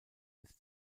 bis